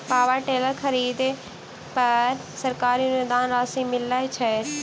Power tiller खरीदे पर सरकारी अनुदान राशि मिलय छैय?